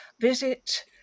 visit